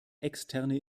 externe